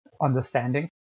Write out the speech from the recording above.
understanding